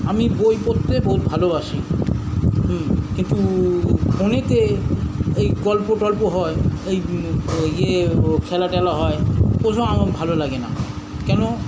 আমি বই পড়তে বহুত ভালোবাসি কিন্তু ফোনেতে এই গল্প টল্প হয় এই ওই ইয়ে ও খেলা টেলা হয় ওই সব আমার ভালো লাগে না কেন